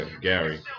Gary